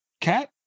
cat